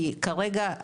כי כרגע,